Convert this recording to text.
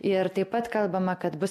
ir taip pat kalbama kad bus